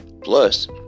Plus